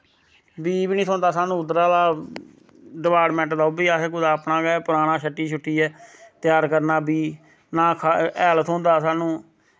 बीऽ बी नी थ्होंदा स्हानू उध्दरा दा डिपार्टमैट दा ओह्बी आखदे अपना गै पराना शट्टी शुट्टियै त्यार करना बीऽ ना हैल थ्होंदा स्हानू